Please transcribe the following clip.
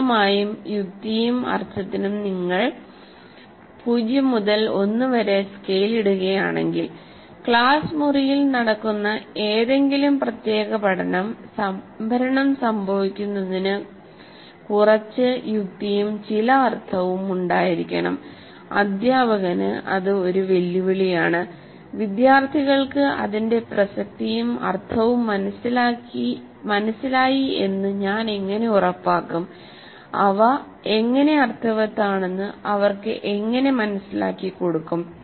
വ്യക്തമായും യുക്തിക്കും അർത്ഥത്തിനും നിങ്ങൾ 0 മുതൽ 1 വരെ സ്കെയിൽ ഇടുകയാണെങ്കിൽ ക്ലാസ് മുറിയിൽ നടക്കുന്ന ഏതെങ്കിലും പ്രത്യേക പഠനം സംഭരണം സംഭവിക്കുന്നതിന് കുറച്ച് യുക്തിയും ചില അർത്ഥവും ഉണ്ടായിരിക്കണംഅധ്യാപകനു അത് ഒരു വെല്ലുവിളിയാണ് വിദ്യാർത്ഥികൾക്ക് അതിന്റെ പ്രസക്തിയും അർത്ഥവും മനസിലായി എന്ന് ഞാൻ എങ്ങനെ ഉറപ്പാക്കും അവ എങ്ങനെ അർത്ഥവത്താണെന്ന് അവർക്ക് എങ്ങിനെ മനസിലാക്കി കൊടുക്കും